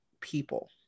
people